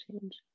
change